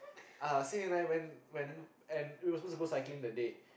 uh Sein and I went went and we're supposed to go cycling that day